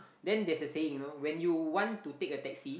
then there's a saying you know when you want to take a taxi